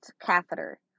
catheter